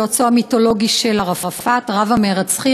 יועצו המיתולוגי של ערפאת רב-המרצחים,